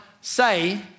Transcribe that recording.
say